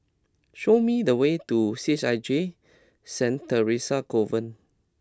show me the way to C H I J Saint Theresa's Convent